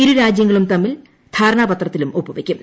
ഇരു രാജ്യങ്ങളും തമ്മിൽ ധാരണപത്രത്തിലും ഒപ്പ്വെയ്ക്കും